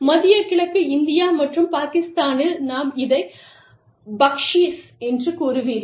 மத்திய கிழக்கு இந்தியா மற்றும் பாகிஸ்தானில் நாம் இதை பக்க்ஷீஷ் என்று கூறுவீர்கள்